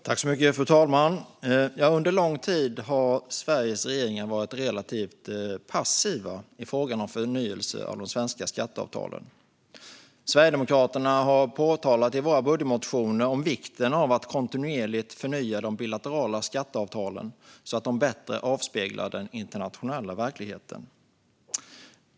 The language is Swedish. Fru talman! Under lång tid har Sveriges regeringar varit relativt passiva i frågan om förnyelse av de svenska skatteavtalen. Vi i Sverigedemokraterna har i våra budgetmotioner påpekat vikten av att kontinuerligt förnya de bilaterala skatteavtalen så att de bättre avspeglar den internationella verkligheten.